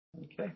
Okay